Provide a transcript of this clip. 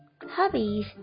Hobbies